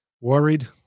worried